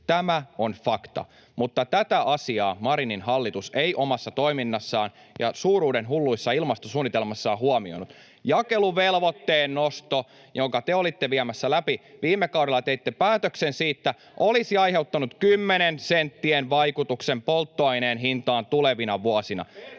Tämä on fakta, mutta tätä asiaa Marinin hallitus ei omassa toiminnassaan ja suuruudenhulluissa ilmastosuunnitelmissaan huomioinut. Jakeluvelvoitteen nosto, jonka te olitte viemässä läpi viime kaudella, teitte päätöksen siitä, olisi aiheuttanut kymmenien senttien vaikutuksen polttoaineen hintaan tulevina vuosina.